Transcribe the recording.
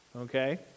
Okay